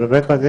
באמת אני